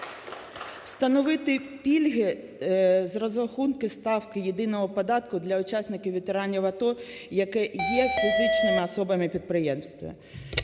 Встановити пільги з розрахунку ставки єдиного податку для учасників, ветеранів АТО, які є фізичними особами – підприємцями.